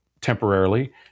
temporarily